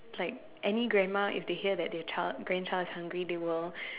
like any grandma if they hear that their child grandchild is hungry they will